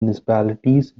municipalities